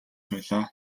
байлаа